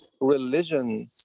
religion